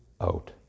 out